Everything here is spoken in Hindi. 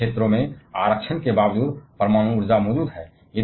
विभिन्न क्षेत्रों से आरक्षण के बावजूद परमाणु ऊर्जा मौजूद है